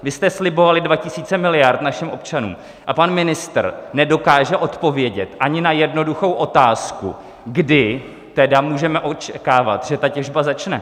Vy jste slibovali 2 tisíce miliard našim občanům, a pan ministr nedokáže odpovědět ani na jednoduchou otázku, kdy tedy můžeme očekávat, že ta těžba začne.